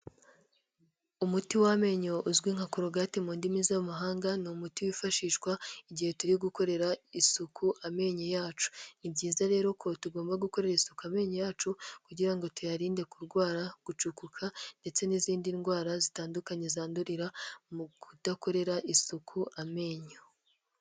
Umuti w'amenyo uzwi nka koroogate mu ndimi z'amahanga, ni umuti wifashishwa igihe turi gukorera isuku amenyo yacu, ni byiza rero ko tugomba gukoresha isuka amenyo yacu, kugira ngo tuyarinde, kurwara, gucukuka ndetse n'izindi ndwara zitandukanye zandurira, mu kudakorera isuku amenyo.